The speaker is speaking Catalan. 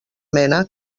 mena